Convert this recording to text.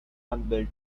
campbell